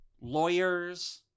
lawyers